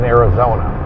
Arizona